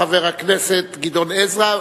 חבר הכנסת גדעון עזרא,